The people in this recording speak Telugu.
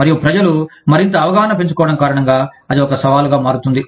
మరియు ప్రజలు మరింత అవగాహన పెంచుకోవడం కారణంగా అది ఒక సవాలుగా మారుతుంది